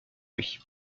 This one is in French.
lui